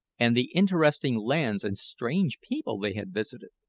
and the interesting lands and strange people they had visited.